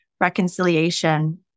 reconciliation